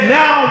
now